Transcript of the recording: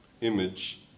image